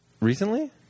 recently